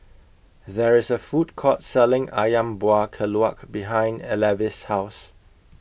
There IS A Food Court Selling Ayam Buah Keluak behind Levy's House